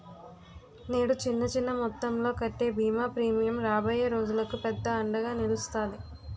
నేడు చిన్న చిన్న మొత్తంలో కట్టే బీమా ప్రీమియం రాబోయే రోజులకు పెద్ద అండగా నిలుస్తాది